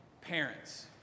Parents